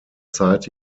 zeit